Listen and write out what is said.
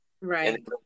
Right